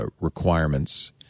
requirements